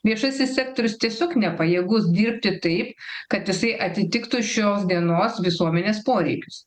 viešasis sektorius tiesiog nepajėgus dirbti taip kad jisai atitiktų šios dienos visuomenės poreikius